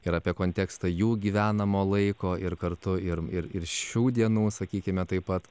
ir apie kontekstą jų gyvenamo laiko ir kartu ir ir ir šių dienų sakykime taip pat